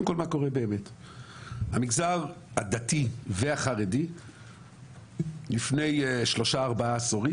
המגזר הדתי והחרדי לפני שלושה-ארבעה עשורים,